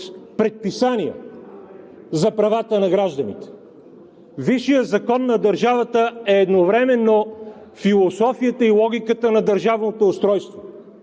предписания за правата на гражданите. Висшият закон на държавата е едновременно философията и логиката на държавното устройство,